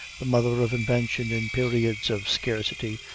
the mother of invention in periods of scarcity,